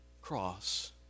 cross